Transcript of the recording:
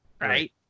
Right